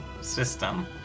system